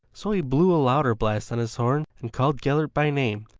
so he blew a louder blast on his horn and called gellert by name,